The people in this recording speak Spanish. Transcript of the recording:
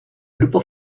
grupo